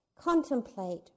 Contemplate